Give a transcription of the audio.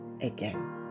again